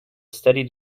steady